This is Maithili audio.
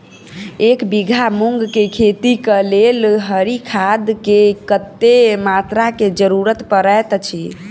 एक बीघा मूंग केँ खेती केँ लेल हरी खाद केँ कत्ते मात्रा केँ जरूरत पड़तै अछि?